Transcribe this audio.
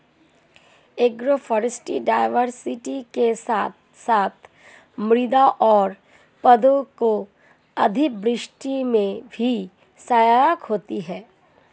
agroforestry biodiversity के साथ साथ मृदा और पौधों के अभिवृद्धि में भी सहायक होती है